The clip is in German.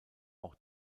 auch